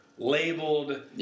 labeled